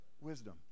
wisdom